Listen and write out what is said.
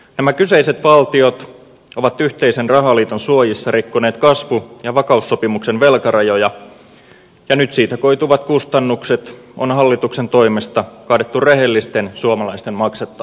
nämä kyseiset valtiot ovat yhteisen rahaliiton suojissa rikkoneet kasvu ja vakaussopimuksen velkarajoja ja nyt siitä koituvat kustannukset on hallituksen toimesta kaadettu rehellisten suomalaisten maksettaviksi